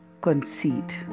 concede